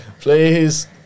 Please